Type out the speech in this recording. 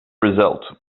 result